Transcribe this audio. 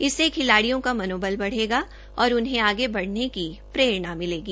इससे खिलाडिय़ों का मनोबल बढ़ेगा और उन्हें आगे बढऩे की प्रेरणा मिलेगी